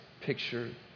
picture